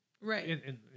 Right